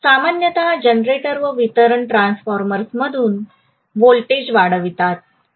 सामान्यत जनरेटर व वितरण ट्रान्सफॉर्मर्समधून व्होल्टेज वाढवतात